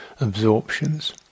absorptions